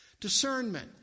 Discernment